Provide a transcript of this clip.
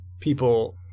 people